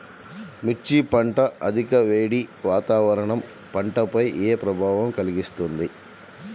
మిర్చి పంట అధిక వేడి వాతావరణం పంటపై ఏ ప్రభావం కలిగిస్తుంది?